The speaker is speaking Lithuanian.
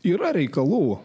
yra reikalų